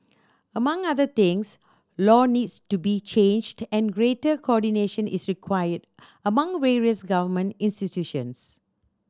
among other things law needs to be changed and greater coordination is required among various government institutions